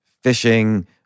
fishing